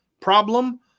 problem